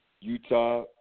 Utah